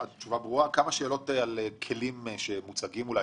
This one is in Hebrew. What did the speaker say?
כמה שאלות על כלים שמוצגים.